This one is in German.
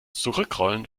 zurückrollen